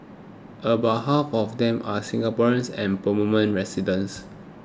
about half of them are Singaporeans and permanent residents